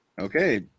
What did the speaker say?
Okay